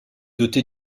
doté